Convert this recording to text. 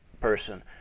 person